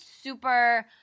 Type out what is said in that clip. super